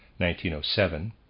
1907